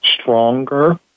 stronger